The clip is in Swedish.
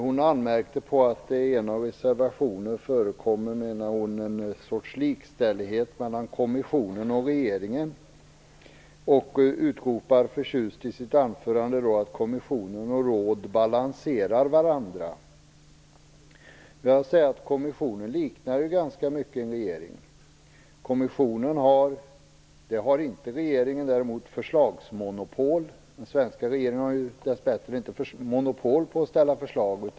Hon anmärkte på att det i en av reservationerna förekom, menade hon, en sorts likställighet mellan kommissionen och regeringen och utropar förtjust i sitt anförande att kommissionen och rådet balanserar varandra. Kommissionen liknar ganska mycket en regering. Kommissionen har, vilket däremot inte regeringen har, förslagsmonopol. Den svenska regeringen har dessbättre inte monopol på att ställa förslag.